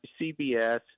CBS